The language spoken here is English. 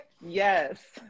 Yes